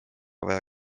vaja